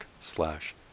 slash